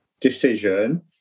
decision